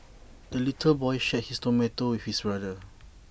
the little boy shared his tomato with his brother